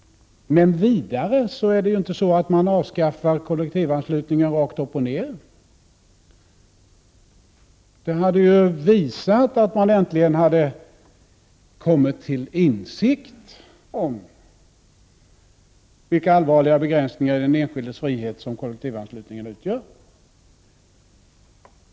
Kollektivanslutningen avskaffas inte rakt upp och ner. Om man gjort det, hade det visat att man äntligen hade kommit till irfsikt om vilka allvarliga begränsningar i den enskildes frihet som kollektivanslutningen utgör.